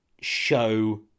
show